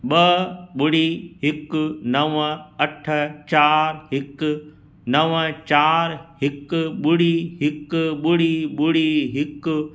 ॿ ॿुड़ी हिकु नवं अठ चार हिकु नवं चार हिकु ॿुड़ी हिकु ॿुड़ी ॿुड़ी हिकु